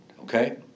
okay